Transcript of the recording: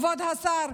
כבוד השר,